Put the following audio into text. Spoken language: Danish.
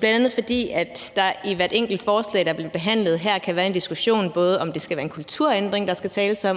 bl.a. fordi der i hvert enkelt forslag, der bliver behandlet her, kan være en diskussion om, om der skal tales om en kulturændring,